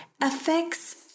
affects